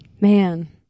Man